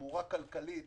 תמורה כלכלית